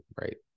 right